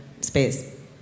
space